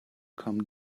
come